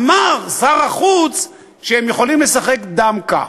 אמר שר החוץ שהם יכולים לשחק דמקה.